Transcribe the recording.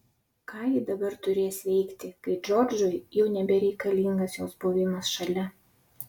ką ji dabar turės veikti kai džordžui jau nebereikalingas jos buvimas šalia